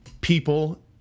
people